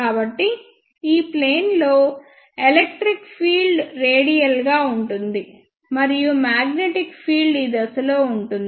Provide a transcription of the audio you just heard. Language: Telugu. కాబట్టి ఈ ప్లేన్ లో ఎలక్ట్రిక్ ఫీల్డ్ రేడియల్గా ఉంటుంది మరియు మాగ్నెటిక్ ఫీల్డ్ ఈ దిశలో ఉంటుంది